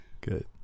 Good